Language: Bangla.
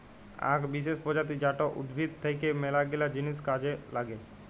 আক বিসেস প্রজাতি জাট উদ্ভিদ থাক্যে মেলাগিলা জিনিস কাজে লাগে